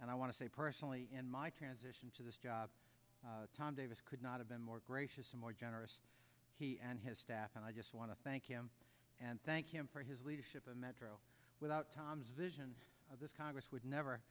and i want to say personally in my transition to this job tom davis could not have been more gracious and more generous he and his staff and i just want to thank him and thank him for his leadership in metro without thomas vision of this congress would never